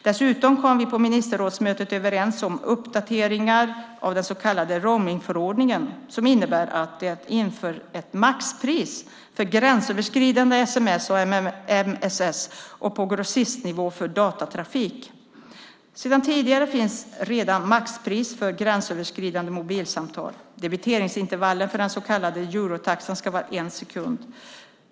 Dessutom kom vi på ministerrådsmötet överens om uppdateringar av den så kallade roamingförordningen, som innebär att det införs ett maxpris för gränsöverskridande sms och mms och på grossistnivå för datatrafik. Sedan tidigare finns redan maxpris för gränsöverskridande mobilsamtal. Debiteringsintervallet för den så kallade eurotaxan ska vara en sekund.